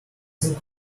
think